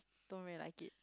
don't really like it